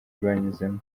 rwanyuzemo